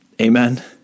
Amen